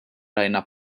rajna